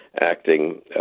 acting